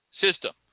system